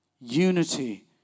Unity